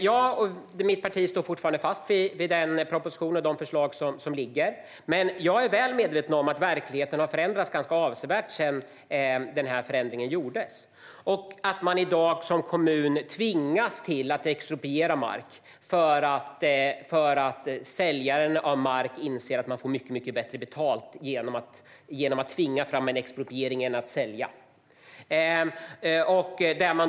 Jag och mitt parti står fortfarande fast vid den proposition och de förslag som ligger, men jag är väl medveten om att verkligheten har ändrats avsevärt sedan förändringen gjordes och att kommuner i dag tvingas expropriera mark därför att säljare av mark inser att de får mycket bättre betalt genom att tvinga fram en expropriering än genom att sälja.